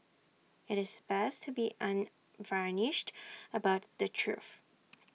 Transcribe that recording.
IT is best to be unvarnished about the truth